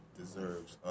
deserves